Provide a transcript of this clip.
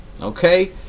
okay